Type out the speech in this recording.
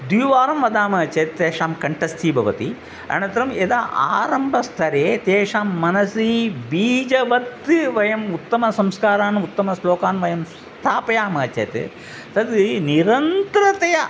द्विवारं वदामः चेत् तेषां कण्टस्थी भवति अनन्तरं यदा आरम्भस्तरे तेषां मनसि बीजवत् वयम् उत्तम संस्कारान् उत्तमश्लोकान् वयं स्थापयामः चेत् तद् निरन्तरतया